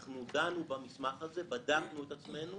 אנחנו דנו במסמך הזה, בדקנו את עצמנו